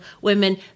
women